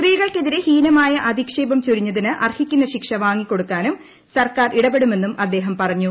സ്ത്രീകൾക്കെതിരെ ഹീനമായ അധിക്ഷേപം ചൊരിഞ്ഞതിന് അർഹിക്കുന്ന ശിക്ഷ വാങ്ങിക്കൊടുക്കാനും സർക്കാർ ഇടപെടുമെന്നും അദ്ദേഹം പറഞ്ഞു